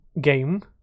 game